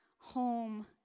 home